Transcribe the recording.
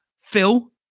Phil